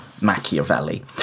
Machiavelli